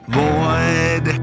void